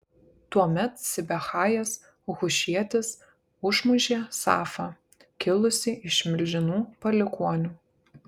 tuomet sibechajas hušietis užmušė safą kilusį iš milžinų palikuonių